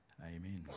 Amen